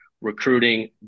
recruiting